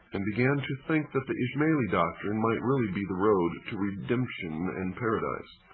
and began to think that the ismaili doctrine might really be the road to redemption and paradise.